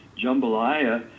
Jambalaya